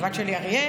הבת שלי אריאל.